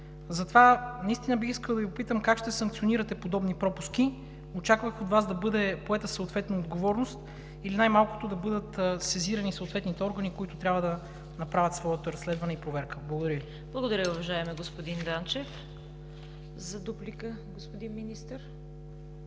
Затова бих искал да Ви попитам: как ще санкционирате подобни пропуски? Очаквах от Вас да бъде поета съответна отговорност или най-малко да бъдат сезирани съответните органи, които трябва да направят своето разследване и проверка. Благодаря Ви. ПРЕДСЕДАТЕЛ ЦВЕТА КАРАЯНЧЕВА: Благодаря Ви, уважаеми господин Данчев. За дуплика, господин Министър.